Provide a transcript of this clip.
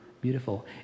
beautiful